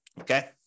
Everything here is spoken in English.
Okay